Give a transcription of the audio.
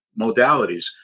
modalities